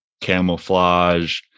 camouflage